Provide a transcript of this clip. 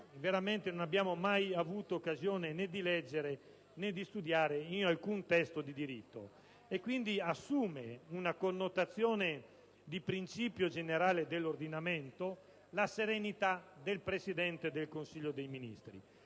veramente non abbiamo mai avuto occasione né di leggere né di studiare in alcun testo di diritto. E, quindi, assume una connotazione di principio generale dell'ordinamento la serenità del Presidente del Consiglio dei ministri.